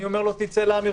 אני אומר לו: תצא למרפסת,